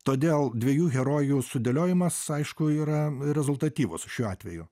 todėl dviejų herojų sudėliojimas aišku yra rezultatyvus šiuo atveju